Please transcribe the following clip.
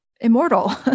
immortal